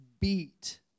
beat